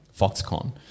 Foxconn